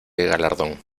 galardón